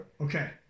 Okay